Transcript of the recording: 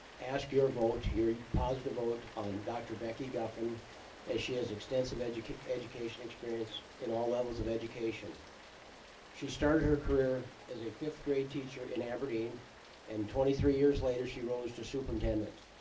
ask your vote here positive vote on dr. becky guffin as she has extensive education education experience in all levels of education she started her career as a fifth grade teacher in aberdeen and twenty three years later. she rose to superintendent